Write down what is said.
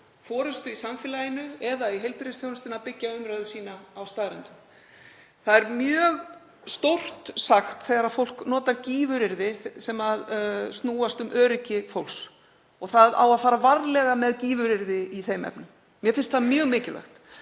forystu í samfélaginu eða í heilbrigðisþjónustunni að byggja umræðu sína á staðreyndum. Það er mjög stórt sagt þegar fólk notar gífuryrði sem snúast um öryggi fólks og það á að fara varlega með gífuryrði í þeim efnum. Mér finnst það mjög mikilvægt.